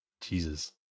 Jesus